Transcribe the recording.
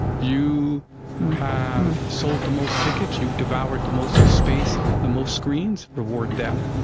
you have sold the most tickets? you've devoured the most space, the most screens? reward them.